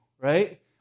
right